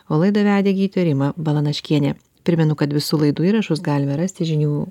o laidą vedė gydytoja rima balanaškienė primenu kad visų laidų įrašus galime rasti žinių